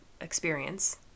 experience